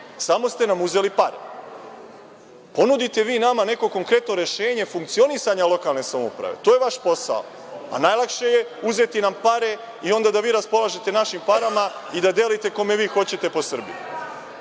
samo ste nam uzeli pare. Ponudite vi nama neko konkretno rešenje funkcionisanja lokalne samouprave, to je vaš posao, najlakše je uzeti nam pare i onda da vi raspolažete našim parama i delite kome vi hoćete po Srbiji. Tako